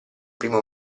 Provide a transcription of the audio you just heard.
primo